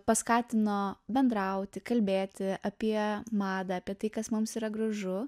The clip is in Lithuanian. paskatino bendrauti kalbėti apie madą apie tai kas mums yra gražu